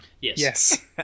Yes